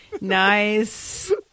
Nice